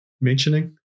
mentioning